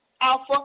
Alpha